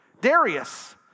Darius